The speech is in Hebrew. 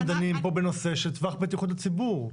אנחנו דנים פה בנושא של טווח בטיחות הציבור.